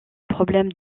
problème